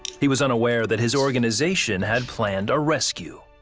he was unaware that his organization had planned a rescue.